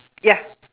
ya